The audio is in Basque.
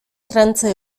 trantze